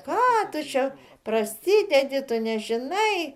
ką tu čia prasidedi tu nežinai